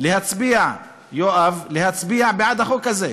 להצביע בעד החוק הזה.